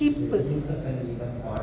skip